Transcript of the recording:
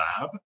lab